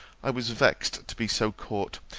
i was vexed to be so caught,